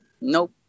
Nope